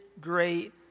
great